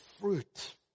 fruit